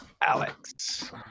Alex